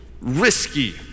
risky